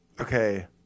Okay